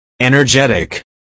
energetic